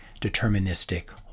deterministic